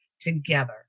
together